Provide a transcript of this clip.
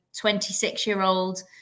26-year-old